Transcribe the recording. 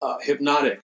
hypnotic